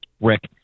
Rick